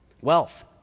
wealth